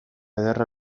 ederra